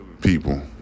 people